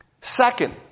Second